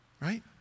Right